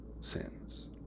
sins